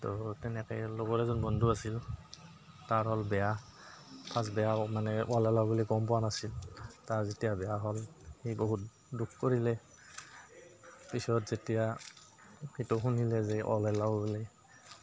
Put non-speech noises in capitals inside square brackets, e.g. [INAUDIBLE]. তো তেনেকৈ লগত এজন বন্ধু আছিল তাৰ হ'ল বেয়া ফাৰ্ষ্ট বেয়া মানে [UNINTELLIGIBLE] বুলি গম পোৱা নাছিল তাৰ যেতিয়া বেয়া হ'ল সি বহুত দুখ কৰিলে পিছত যেতিয়া সেইটো শুনিলে যে [UNINTELLIGIBLE] বুলি